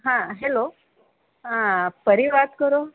હા હેલો હા પરી વાત કરો